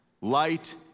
light